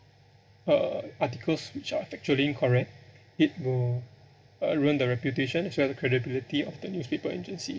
uh articles which are factually incorrect it will uh ruin the reputation as well the credibility of the newspaper agency